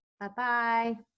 Bye-bye